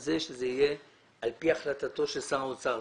כך שזה יהיה על פי החלטתו של שר האוצר.